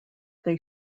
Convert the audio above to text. they